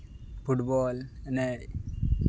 football ᱮᱱᱮᱡ